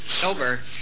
sober